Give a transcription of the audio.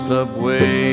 subway